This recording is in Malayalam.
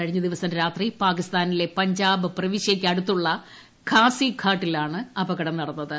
കഴിഞ്ഞ ദിവസം രാത്രി പാക്കിസ്ഥാനിലെ പഞ്ചാബ് പ്രവിശൃയ്ക്ക് അടുത്തുള്ള ഘാസി ഘട്ടിലാണ് അപകടം നടന്നത്